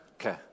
okay